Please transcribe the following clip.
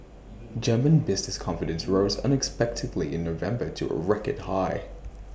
German business confidence rose unexpectedly in November to A record high